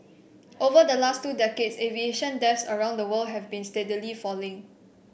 over the last two decades aviation deaths around the world have been steadily falling